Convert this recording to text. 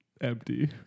empty